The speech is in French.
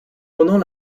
pendant